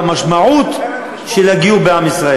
ובמשמעות של הגיור בעם ישראל.